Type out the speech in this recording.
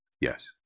Yes